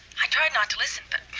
i tried not to listen but.